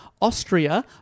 Austria